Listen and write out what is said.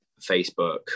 Facebook